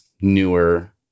newer